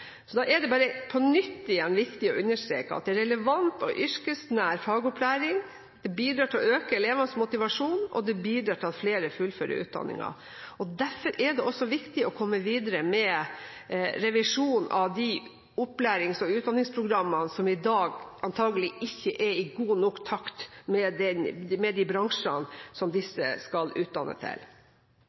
Da er det bare på nytt igjen viktig å understreke at en relevant og yrkesnær fagopplæring bidrar til å øke elevenes motivasjon og til at flere fullfører utdanningen. Derfor er det også viktig å komme videre med revisjon av opplærings- og utdanningsprogrammene, som i dag antakelig ikke er godt nok i takt med de bransjene som disse skal utdanne til.